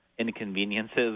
inconveniences